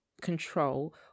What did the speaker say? control